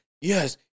yes